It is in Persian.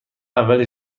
اول